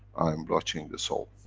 i'm watching the soul.